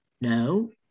no